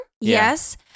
Yes